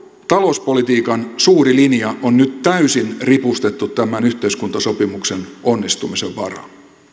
talouspolitiikan suuri linja on nyt täysin ripustettu tämän yhteiskuntasopimuksen onnistumisen varaan